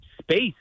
space